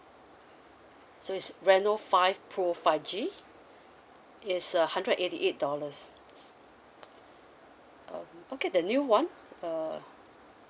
so it's reno five pro five G it's a hundred eighty eight dollars um okay the new [one] uh